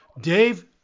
Dave